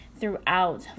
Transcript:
throughout